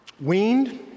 Weaned